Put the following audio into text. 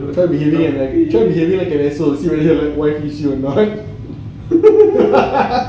try diri see whether life hits you or not